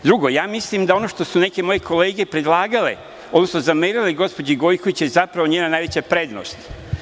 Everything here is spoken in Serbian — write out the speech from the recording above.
Drugo, ja mislim da ono što su neke moje kolege predlagale, odnosno zamerale gospođi Gojković je zapravo njena najveća prednost.